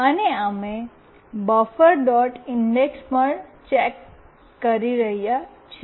અને અમે buffer dot index પણ ચકાસી રહ્યા છીએ